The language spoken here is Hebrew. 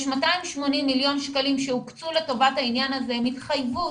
יש 280 מיליון שקלים שהוקצו לטובת העניין הזה עם התחייבות.